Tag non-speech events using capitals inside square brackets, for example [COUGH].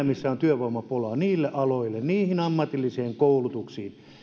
[UNINTELLIGIBLE] missä on työvoimapulaa niille aloille niiden ammatillisiin koulutuksiin